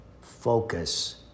focus